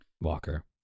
Walker